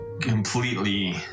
completely